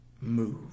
move